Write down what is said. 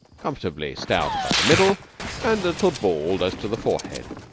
comfortably stout about the middle and a little bald as to the forehead.